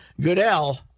Goodell